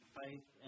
faith